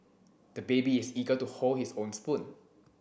the baby is eager to hold his own spoon